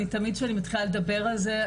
תמיד שאני מתחילה לדבר על זה,